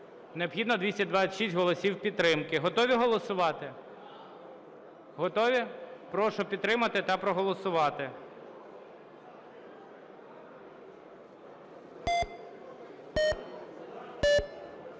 Необхідно 226 голосів підтримки. Готові голосувати? Готові? Прошу підтримати та проголосувати.